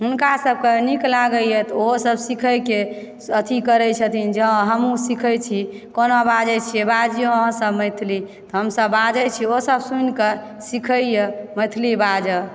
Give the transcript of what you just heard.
हुनका सभकऽ नीक लागयए तऽ ओहोसभ सिखयके अथी करइ छथिन जे हँ हमहुँ सिखैत छी कोना बाजय छी बाजिऔ अहाँसभ मैथिली तऽ हमसभ बाजय छी ओसभ सुनिके सिखयए मैथिली बाजऽ